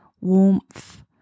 warmth